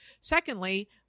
Secondly